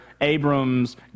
Abram's